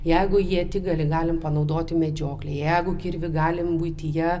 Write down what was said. jeigu ietigalį galime panaudoti medžioklėje jeigu kirvį galime buityje